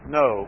no